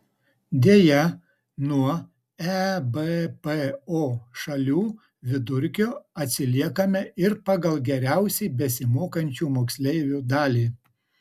deja nuo ebpo šalių vidurkio atsiliekame ir pagal geriausiai besimokančių moksleivių dalį